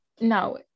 No